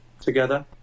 together